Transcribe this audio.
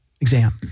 exam